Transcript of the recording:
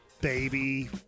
baby